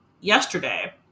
yesterday